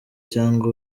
cyangwa